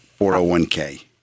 401k